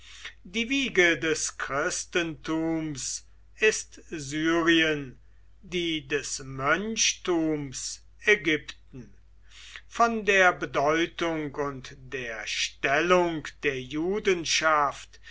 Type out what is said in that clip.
die wiege des christentums ist syrien die des mönchtums ägypten von der bedeutung und der stellung der